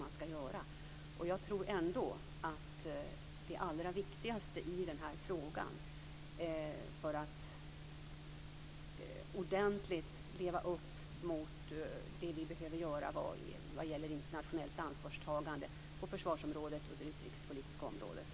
Det gör att jag tror att vi snart måste börja bli väldigt mycket mer konkreta när det gäller den civila sidan om vi ska hålla jämna steg.